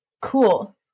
Cool